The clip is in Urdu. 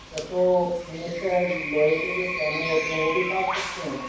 اچھا تو ہم اس سے لوہے کے جو چینل ہوتے ہیں وہ بھی کاٹ سکتے ہیں